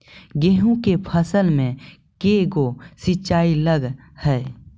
गेहूं के फसल मे के गो सिंचाई लग हय?